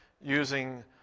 using